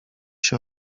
się